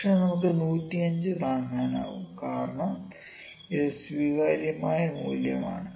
പക്ഷേ നമുക്കു 105 താങ്ങാനാവും കാരണം ഇത് സ്വീകാര്യമായ മൂല്യമാണ്